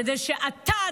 כדי שאתה,